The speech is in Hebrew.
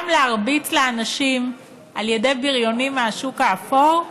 גם להרביץ לאנשים על ידי בריונים מהשוק האפור,